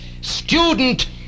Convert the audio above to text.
student